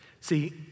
See